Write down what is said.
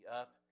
up